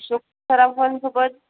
Ashok सराफांसोबत